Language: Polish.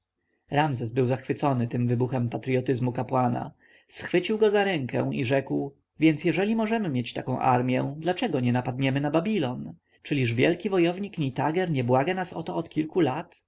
ramzes był zachwycony tym wybuchem patrjotyzmu kapłana schwycił go za rękę i rzekł więc jeżeli możemy mieć taką armję dlaczego nie napadamy na babilon czyliż wielki wojownik nitager nie błaga nas o to od kilku lat